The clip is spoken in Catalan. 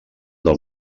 del